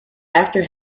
after